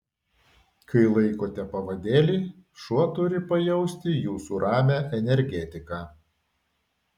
kai laikote pavadėlį šuo turi pajausti jūsų ramią energetiką